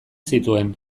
zituen